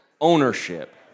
ownership